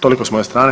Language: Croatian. Toliko s moje strane.